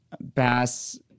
Bass